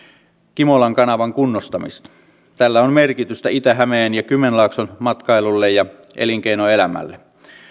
kimolan kanavan kunnostamista tällä on merkitystä itä hämeen ja kymenlaakson matkailulle ja elinkeinoelämälle